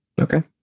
Okay